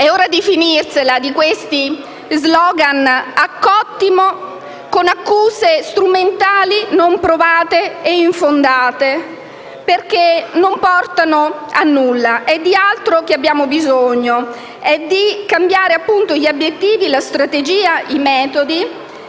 ora di finirla con slogan a cottimo, con accuse strumentali non provate e infondate, perché non portano a nulla. È di altro che abbiamo bisogno. Abbiamo bisogno di cambiare gli obiettivi, la strategia e i metodi,